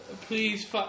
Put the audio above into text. please